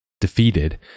Defeated